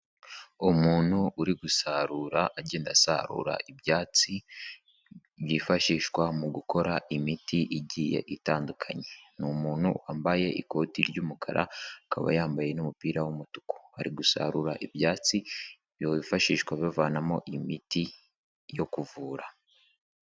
Umuntu uri gusarura, agenda asarura ibyatsi, byifashishwa mu gukora imiti igiye itandukanye. Ni umuntu wambaye ikoti ry'umukara akaba yambaye n'umupira w'umutuku. Ari gusarura ibyatsi, byifashishwa abivanamo imiti yo kuvura.